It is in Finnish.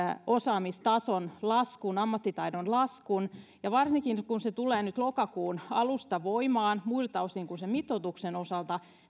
osaamistason laskun ammattitaidon laskun ja varsinkin kun se tulee nyt lokakuun alusta voimaan muilta osin kuin sen mitoituksen osalta